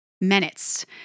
minutes